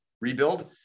rebuild